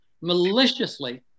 maliciously